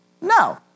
No